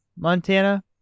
montana